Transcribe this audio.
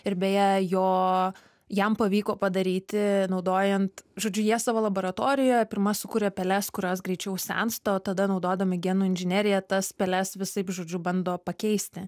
ir beje jo jam pavyko padaryti naudojant žodžiu jie savo laboratorijoje pirma sukuria peles kurios greičiau sensta o tada naudodami genų inžineriją tas peles visaip žodžiu bando pakeisti